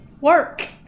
Work